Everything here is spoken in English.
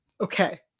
Okay